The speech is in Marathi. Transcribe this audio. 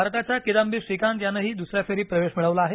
भारताच्या किदांबी श्रीकांत यानंही दुसऱ्या फेरीत प्रवेश मिळवला आहे